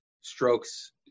Strokes